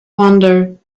wander